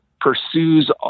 pursues